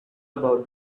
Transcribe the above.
about